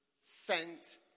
sent